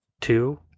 two